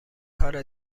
کار